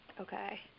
Okay